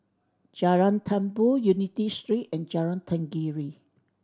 Jalan Tambur Unity Street and Jalan Tenggiri